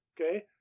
okay